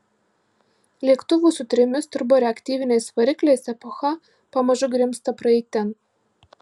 lėktuvų su trimis turboreaktyviniais varikliais epocha pamažu grimzta praeitin